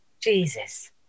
Jesus